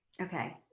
Okay